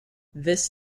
this